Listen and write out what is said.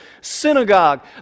Synagogue